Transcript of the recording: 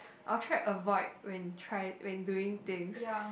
I'll try avoid when try when doing things